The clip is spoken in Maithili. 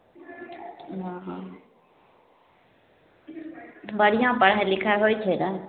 हँ बढ़िआँ पढ़ाइ लिखाइ होइ छै ने